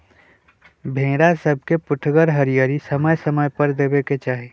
भेड़ा सभके पुठगर हरियरी समय समय पर देबेके चाहि